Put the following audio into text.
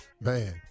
Man